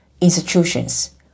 institutions